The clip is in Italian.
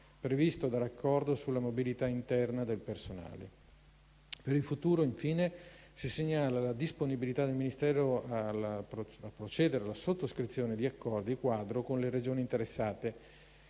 previsto dall'accordo sulla mobilità interna del personale. Per il futuro, infine, si segnala la disponibilità del Ministero a procedere alla sottoscrizione di accordi quadro con le Regioni interessate,